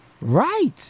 Right